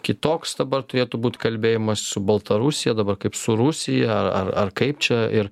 kitoks dabar turėtų būt kalbėjimas su baltarusija dabar kaip su rusija ar ar ar kaip čia ir